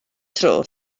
tro